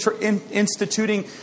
instituting